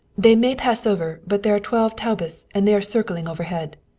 they may pass over, but there are twelve taubes, and they are circling overhead.